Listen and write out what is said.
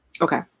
Okay